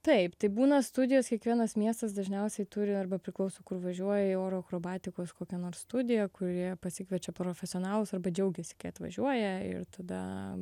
taip tai būna studijos kiekvienas miestas dažniausiai turi arba priklauso kur važiuoji oro akrobatikos kokią nors studiją kurioje pasikviečia profesionalus arba džiaugiasi kai atvažiuoja ir tada